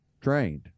trained